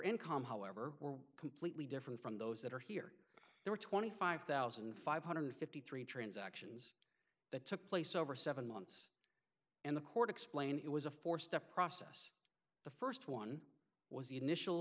income however were completely different from those that are here there are twenty five thousand five hundred fifty three transactions that took place over seven months and the court explained it was a four step process the first one was the initial